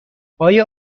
آیا